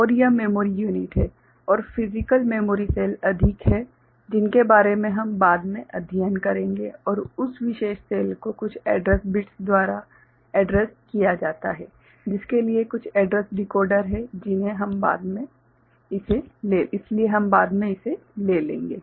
और यह memory unit है और फ़िज़िकल मेमोरी सेल अधिक हैं जिनके बारे में हम बाद में अध्ययन करेंगे और उस विशेष सेल को कुछ एड्रैस बिट्स द्वारा एड्रेस्ड किया जाता है जिसके लिए कुछ एड्रैस डिकोडर है इसलिए हम बाद में इसे ले लेंगे